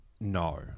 No